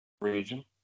region